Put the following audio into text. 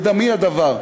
בדמי הדבר.